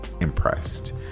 impressed